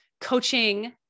coaching